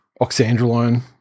Oxandrolone